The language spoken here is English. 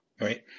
right